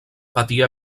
patia